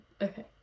okay